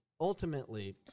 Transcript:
ultimately